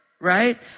right